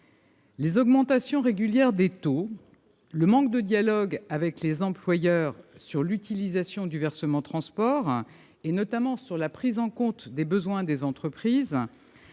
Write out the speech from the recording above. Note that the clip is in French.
Les augmentations régulières des taux, le manque de dialogue avec les employeurs sur l'utilisation du versement transport, notamment sur la prise en compte des besoins des entreprises,